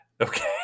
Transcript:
Okay